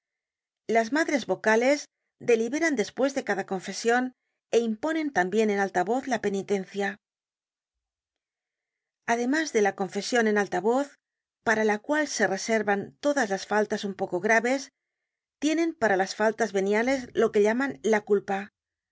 las madres vocales deliberan despues de cada confesion é imponen tambien en alta voz la penitencia además de la confesion en alta voz para la cual se reservan todas las faltas un poco graves tienen para las faltas veniales lo que llaman la culpa